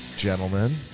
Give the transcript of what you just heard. gentlemen